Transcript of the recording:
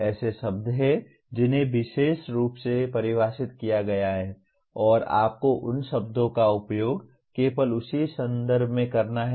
ऐसे शब्द हैं जिन्हें विशेष रूप से परिभाषित किया गया है और आपको उन शब्दों का उपयोग केवल उसी संदर्भ में करना है